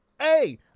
hey